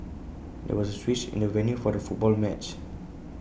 there was A switch in the venue for the football match